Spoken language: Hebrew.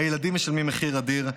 הילדים משלמים מחיר אדיר,